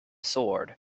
sword